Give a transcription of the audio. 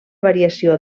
variació